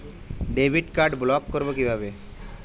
Debit card block করব কিভাবে?